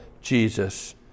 Jesus